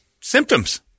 symptoms